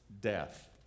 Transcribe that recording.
death